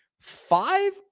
Five